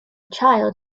child